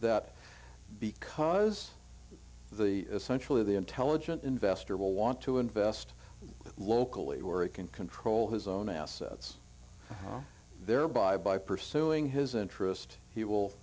that because the essentially the intelligent investor will want to invest locally where he can control his own assets thereby by pursuing his interest he will